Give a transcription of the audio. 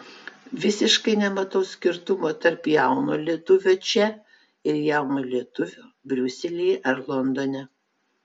visiškai nematau skirtumo tarp jauno lietuvio čia ir jauno lietuvio briuselyje ar londone